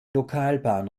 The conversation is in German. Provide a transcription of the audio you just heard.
lokalbahn